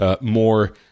more